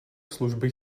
služby